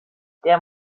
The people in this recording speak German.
der